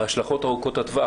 ההשלכות ארוכות הטווח,